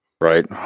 right